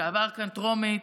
שעבר כאן בקריאה טרומית.